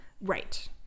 Right